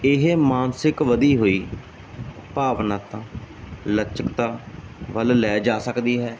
ਇਹ ਮਾਨਸਿਕ ਵਧੀ ਹੋਈ ਭਾਵਨਾਤਾ ਲਚਕਤਾ ਵੱਲ ਲੈ ਜਾ ਸਕਦੀ ਹੈ